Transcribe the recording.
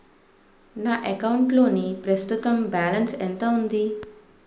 నా అకౌంట్ లోని ప్రస్తుతం బాలన్స్ ఎంత ఉంది?